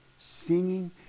singing